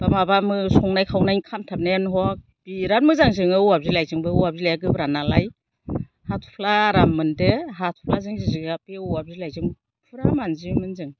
माबा संनाय खावनाय खामथाबनाया हक बिराथ मोजां जोङो औवा बिलायजोंबो औवा बिलाया गोब्रा नालाय हाथ'फ्ला आराम मोनदो हाथ'फ्ला जों जिगाब औवा बिलायजों फुरा मानजियोमोन जों